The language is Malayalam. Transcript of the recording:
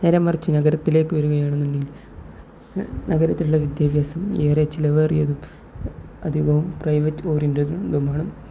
നേരെ മറിച്ച് നഗരത്തിലേക്കു വരികയാണെന്നുണ്ടെങ്കിൽ നഗരത്തിലുള്ള വിദ്യാഭ്യാസം ഏറേ ചിലവേറിയതും അധികവും പ്രൈവറ്റ് ഓറിയൻ്റടും അതുമാണ്